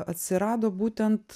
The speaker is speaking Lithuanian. atsirado būtent